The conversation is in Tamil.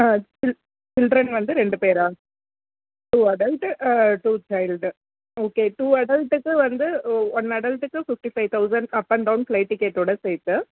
ஆ சில் சில்ட்ரன் வந்து ரெண்டு பேராக two adult two child okay two அடல்ட்டுக்கு வந்து ஒ ஒன் அடல்ட்டுக்கு fifty five thousand up and down flight டிக்கெட்டோட சேர்த்து